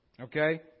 Okay